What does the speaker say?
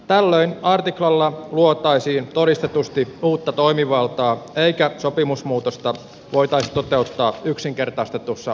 tällöin artiklalla luotaisiin todistetusti uutta toimivaltaa eikä sopimusmuutosta voitaisi toteuttaa yksinkertaistetussa menettelyssä